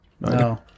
No